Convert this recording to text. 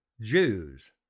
Jews